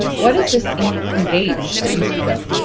what is this in engage that you speak of?